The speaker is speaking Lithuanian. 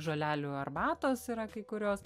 žolelių arbatos yra kai kurios